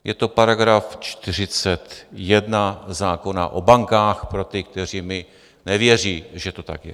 Je to § 41 zákona o bankách pro ty, kteří mi nevěří, že to tak je.